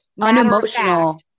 unemotional